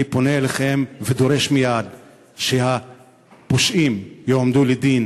אני פונה אליכם ודורש שהפושעים יועמדו לדין,